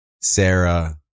Sarah